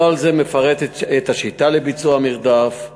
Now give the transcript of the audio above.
נוהל זה מפרט את השיטה לביצוע המרדף,